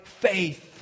faith